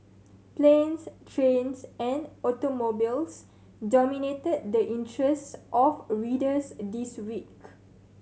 planes trains and automobiles dominated the interests of readers this week